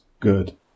Good